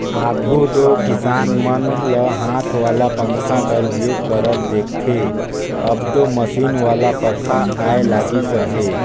आघु दो किसान मन ल हाथ वाला पंखा कर उपयोग करत देखथे, अब दो मसीन वाला पखा आए लगिस अहे